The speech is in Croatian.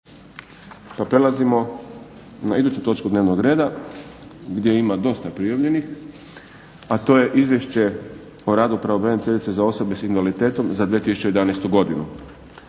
Prelazimo na iduću točku dnevnog reda gdje ima dosta prijavljenih, a to je - Izvješće o radu pravobraniteljice za osobe s invaliditetom za 2011. godinu